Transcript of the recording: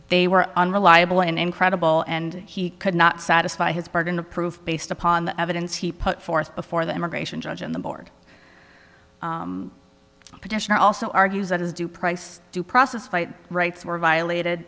they were unreliable and incredible and he could not satisfy his burden of proof based upon the evidence he put forth before the immigration judge and the board petitioner also argues that his due price due process by rights were violated